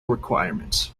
requirements